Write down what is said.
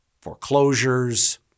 foreclosures